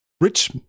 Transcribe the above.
Rich